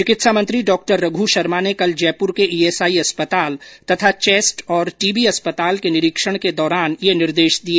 चिकित्सा मंत्री डॉ रघ् शर्मा ने कल जयपुर के ईएसआई अस्पताल तथा चेस्ट और टीबी अस्पताल के निरीक्षण के दौरान यह निर्देश दिए